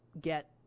get